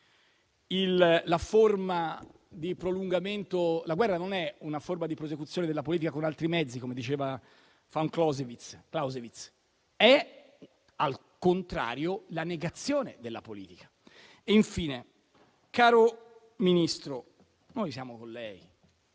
La guerra non è una forma di prosecuzione della politica con altri mezzi, come diceva von Clausewitz; è, al contrario, la negazione della politica. Infine, caro Ministro, noi siamo con lei,